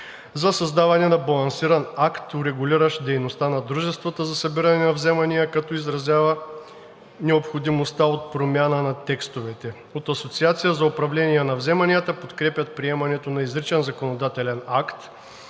за създаване на балансиран акт, урегулиращ дейността на дружествата за събиране на вземания, като изразява необходимостта от промяна на текстовете. От Асоциацията за управление на вземанията подкрепят приемането на изричен законодателен акт,